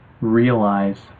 realize